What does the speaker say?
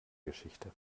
geschichte